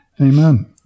Amen